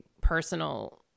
personal